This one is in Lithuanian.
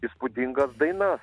įspūdingas dainas